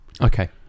Okay